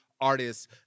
artists